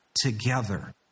together